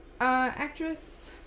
Actress